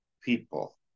people